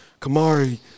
Kamari